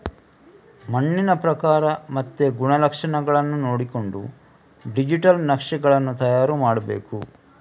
ಮಣ್ಣಿನ ಪ್ರಕಾರ ಮತ್ತೆ ಗುಣಲಕ್ಷಣಗಳನ್ನ ನೋಡಿಕೊಂಡು ಡಿಜಿಟಲ್ ನಕ್ಷೆಗಳನ್ನು ತಯಾರು ಮಾಡ್ಬೇಕು